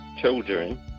children